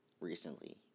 recently